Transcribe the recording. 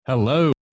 Hello